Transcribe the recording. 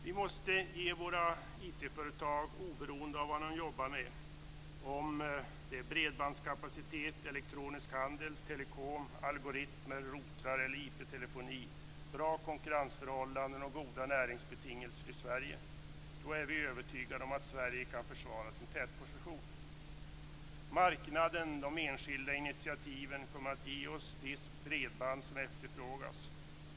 Vi måste ge våra IT-företag oberoende av vad de jobbar med - bredbandskapacitet, elektronisk handel, telekom, algoritmer, routrar eller IT-telefoni - bra konkurrensförhållanden och goda näringsbetingelser i Sverige. Då är vi övertygade om att Sverige kan försvara sin tätposition. Marknaden, de enskilda initiativen, kommer att ge oss de bredband som efterfrågas.